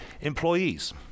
employees